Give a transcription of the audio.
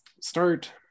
start